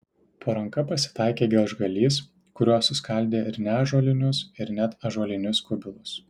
po ranka pasitaikė gelžgalys kuriuo suskaldė ir neąžuolinius ir net ąžuolinius kubilus